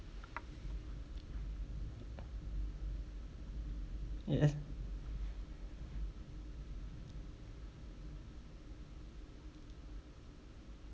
yes